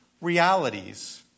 realities